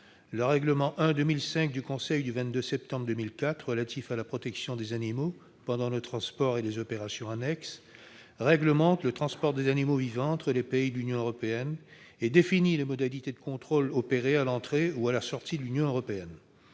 Le règlement n° 1/2005 du Conseil du 22 décembre 2004 relatif à la protection des animaux pendant le transport et les opérations annexes réglemente le transport des animaux vivants entre les pays de l'Union européenne et définit les modalités de contrôles opérés à l'entrée ou à la sortie de l'Union européenne.